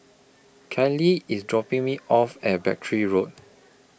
Kylee IS dropping Me off At Battery Road